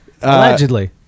Allegedly